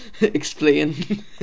explain